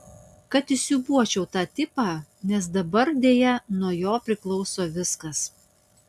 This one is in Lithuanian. kad įsiūbuočiau tą tipą nes dabar deja nuo jo priklauso viskas